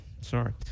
Sorry